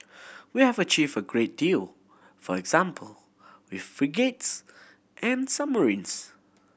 we have achieved a great deal for example with frigates and submarines